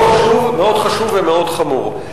מאוד חשוב ומאוד חמור.